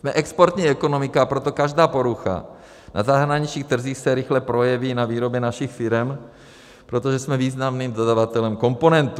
Jsme exportní ekonomika, a proto každá porucha na zahraničních trzích se rychle projeví na výrobě našich firem, protože jsme významným dodavatelem komponentů.